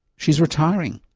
she's retiring.